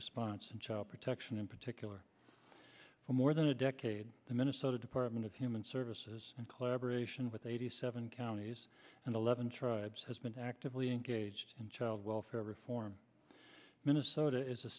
response in child protection in particular for more than a decade the minnesota department of human services in collaboration with eighty seven counties and eleven tribes has been actively engaged in child welfare reform minnesota is a